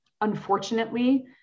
unfortunately